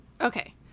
Okay